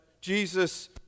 Jesus